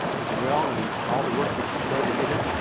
as well, and all the work that you've done to get him,